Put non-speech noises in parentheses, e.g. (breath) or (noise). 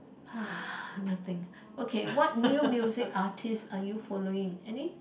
(breath) nothing okay what new music artists are you following any